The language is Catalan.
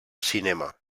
cinema